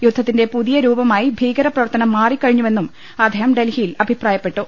യുദ്ധത്തിന്റെ പുതിയ രൂപമായി ഭീകരപ്രവർത്തനം മാറിക്കഴിഞ്ഞുവെന്നും അദ്ദേഹം ഡൽഹിയിൽ അഭിപ്രായപ്പെട്ടു